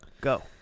Go